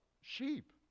sheep